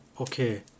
okay